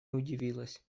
удивилась